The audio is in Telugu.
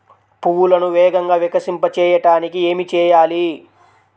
పువ్వులను వేగంగా వికసింపచేయటానికి ఏమి చేయాలి?